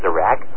Iraq